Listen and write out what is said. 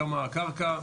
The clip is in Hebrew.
גם מהקרקע.